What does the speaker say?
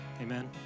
Amen